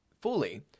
fully